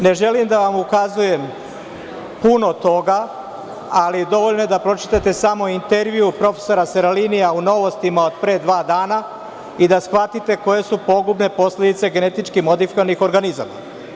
Ne želim da vam ukazujem puno toga, ali dovoljno je da pročitate samo intervju profesora Seralinija u „Novostima“ od pre dva dana i da shvatite koje su pogubne posledice GMO organizama.